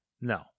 No